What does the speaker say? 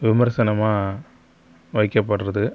விமர்சனமாக வைக்கப்படுகிறது